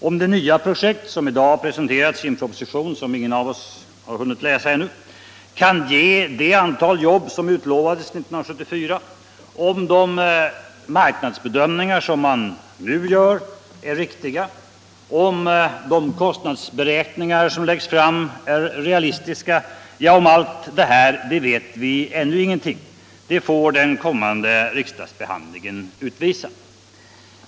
Om det nya projekt som presenterats i en proposition i dag, som ingen av oss ännu hunnit läsa, kan ge det antal jobb som utlovades 1974, om de nya marknadsbedömningar som nu görs är riktiga och om de kostnadsberäkningar som läggs fram är realistiska — om allt detta vet vi ännu ingenting. Det får den kommande riksdagsbehandlingen utvisa.